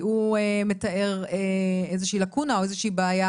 הוא מתאר לקונה או בעיה,